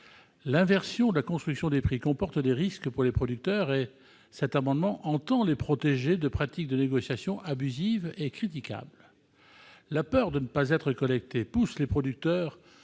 L'inversion de la construction des prix comporte des risques pour les producteurs et cet amendement tend à les protéger de pratiques de négociation abusives et critiquables. La peur de ne plus être collecté place les producteurs